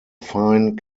fine